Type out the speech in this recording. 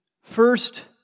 first